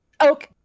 Okay